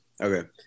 Okay